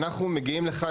אנחנו מגיעים לכאן,